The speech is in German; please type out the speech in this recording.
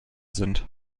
sind